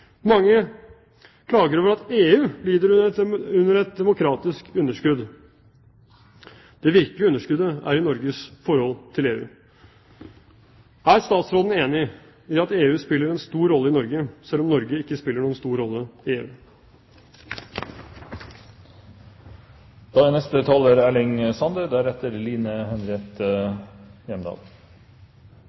Mange klager over at EU lider under et demokratisk underskudd. Det virkelige underskuddet er i Norges forhold til EU. Er statsråden enig i at EU spiller en stor rolle i Norge, selv om Norge ikke spiller noen stor rolle i